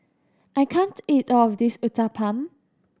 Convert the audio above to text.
I can't eat all of this Uthapam